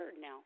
now